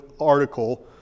article